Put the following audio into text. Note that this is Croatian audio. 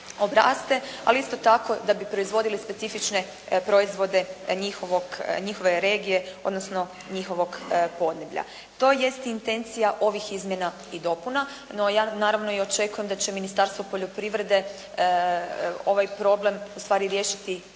ali isto tako da bi proizvodili specifične proizvode njihove regije odnosno njihovog podneblja. To jest intencija ovih izmjena i dopuna, no ja naravno očekujem da će Ministarstvo poljoprivrede ovaj problem ustvari riješiti